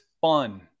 fun